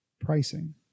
pricing